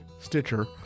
Stitcher